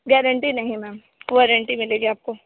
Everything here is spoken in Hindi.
गारंटी नहीं है मैम वारंटी मिलेगी आपको